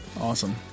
Awesome